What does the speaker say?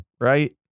right